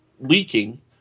leaking